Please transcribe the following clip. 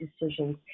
decisions